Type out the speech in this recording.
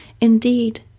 Indeed